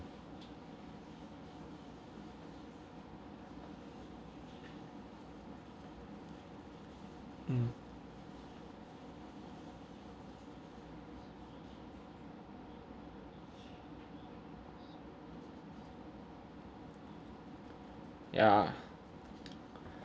mm yeah